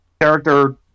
character